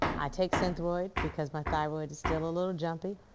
i take synthroid because my thyroid is still a little jumpy